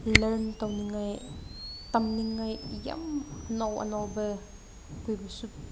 learn ꯇꯧꯅꯤꯡꯉꯥꯏ ꯇꯝꯅꯤꯡꯉꯥꯏ ꯌꯥꯝ ꯑꯅꯧ ꯑꯅꯧꯕ ꯑꯩꯈꯣꯏꯕꯨꯁꯨ